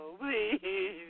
Please